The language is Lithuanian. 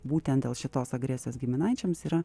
būtent dėl šitos agresijos giminaičiams yra